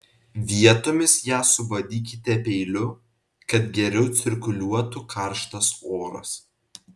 vietomis ją subadykite peiliu kad geriau cirkuliuotų karštas oras